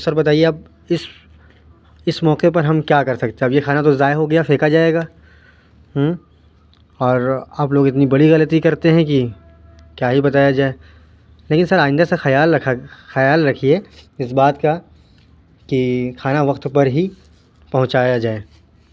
تو سر بتائیے اب اس اس موقع پر ہم کیا کر سکتے اب یہ کھانا تو ضائع ہو گیا پھیکا جائے گا اور آپ لوگ اتنی بڑی غلطی کرتے ہیں کہ کیا ہی بتایا جائے لیکن سر آئندہ سے خیال رکھا خیال رکھیے اس بات کا کہ کھانا وقت پر ہی پہنچایا جائے